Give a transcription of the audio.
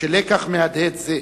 שלקח מהדהד זה